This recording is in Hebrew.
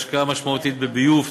השקעה משמעותית בביוב,